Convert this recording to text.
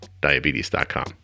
Diabetes.com